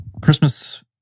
Christmas